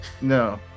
No